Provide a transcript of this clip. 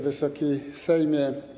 Wysoki Sejmie!